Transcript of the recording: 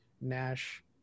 Nash